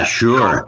sure